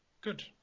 good